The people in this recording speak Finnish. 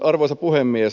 arvoisa puhemies